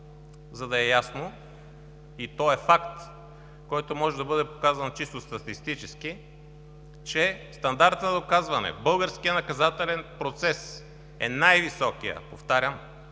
за да е ясно, и то е факт, който може да бъде показан чисто статистически, че стандартът на доказване в българския наказателен процес е най-високият – повтарям,